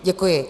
Děkuji.